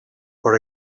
per